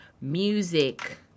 music